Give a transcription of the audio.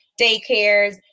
daycares